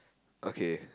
okay